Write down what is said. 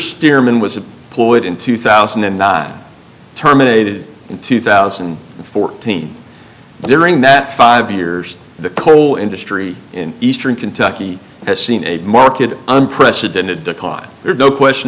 stearman was a ploy it in two thousand and nine terminated in two thousand and fourteen during that five years the coal industry in eastern kentucky has seen a market unprecedented decline there's no question